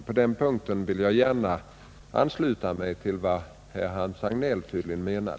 På den punkten vill jag gärna ansluta mig till vad herr Hagnell tydligen menar.